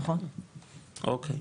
אוקי,